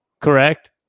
Correct